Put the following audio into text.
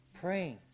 praying